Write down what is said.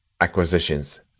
Acquisitions